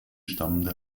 stammende